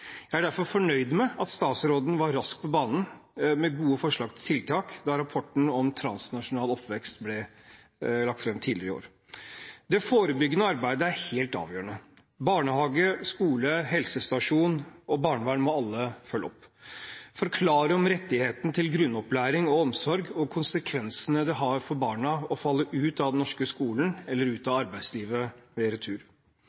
Jeg er derfor fornøyd med at statsråden var raskt på banen med gode forslag til tiltak da rapporten om transnasjonal oppvekst ble lagt fram tidligere i år. Det forebyggende arbeidet er helt avgjørende. Barnehage, skole, helsestasjon og barnevern må alle følge opp, forklare om rettigheten til grunnopplæring og omsorg og konsekvensene det har for barna å falle ut av den norske skolen eller ut av